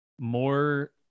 more